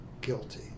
guilty